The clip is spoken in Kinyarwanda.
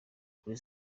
kuri